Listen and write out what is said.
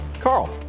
Carl